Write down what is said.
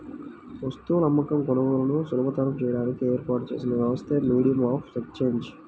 వస్తువుల అమ్మకం, కొనుగోలులను సులభతరం చేయడానికి ఏర్పాటు చేసిన వ్యవస్థే మీడియం ఆఫ్ ఎక్సేంజ్